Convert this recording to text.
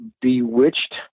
Bewitched